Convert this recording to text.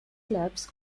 clubs